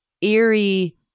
eerie